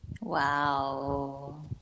Wow